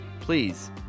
Please